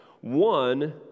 One